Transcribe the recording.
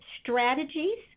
strategies